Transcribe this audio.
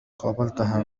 قابلتها